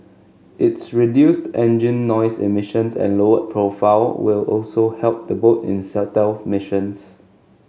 its reduced engine noise emissions and lowered profile will also help the boat in stealth missions